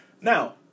Now